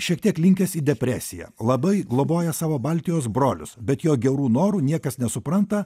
šiek tiek linkęs į depresiją labai globoja savo baltijos brolius bet jo gerų norų niekas nesupranta